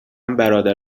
برادر